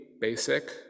basic